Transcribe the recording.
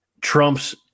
trumps